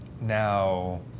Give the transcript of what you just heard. Now